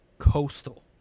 Coastal